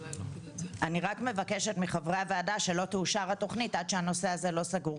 אני רק מבקשת מחברי הוועדה שלא תאושר התכנית עד שהנושא הזה לא סגור.